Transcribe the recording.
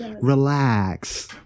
Relax